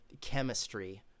chemistry